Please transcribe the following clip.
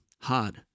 hard